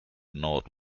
north